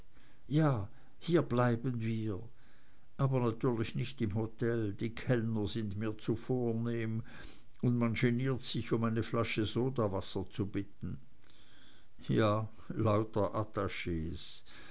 ja hier bleiben wir aber natürlich nicht im hotel die kellner sind mir zu vornehm und man geniert sich um eine flasche sodawasser zu bitten ja lauter attachs